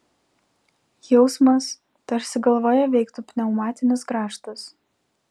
jausmas tarsi galvoje veiktų pneumatinis grąžtas